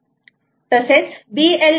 तसेच BLE 4